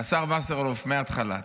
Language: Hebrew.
השר וסרלאוף, מההתחלה.